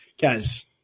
guys